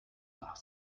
nach